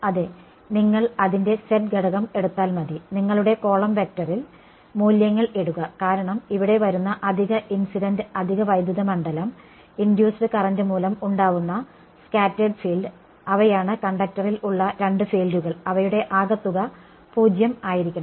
അതെ നിങ്ങൾ അതിന്റെ z ഘടകം എടുത്താൽ മതി നിങ്ങളുടെ കോളം വെക്ടറിൽ മൂല്യങ്ങൾ ഇടുക കാരണം ഇവിടെ വരുന്ന അധിക ഇൻസിഡന്റ് അധിക വൈദ്യുത മണ്ഡലo ഇൻഡ്യൂസ്ഡ് കറന്റ് മൂലം ഉണ്ടാവുന്ന സ്കാറ്റേർഡ് ഫീൽഡ് അവയാണ് കണ്ടക്ടറിൽ ഉള്ള രണ്ട് ഫീൽഡുകൾ അവയുടെ ആകെത്തുക 0 ആയിരിക്കണം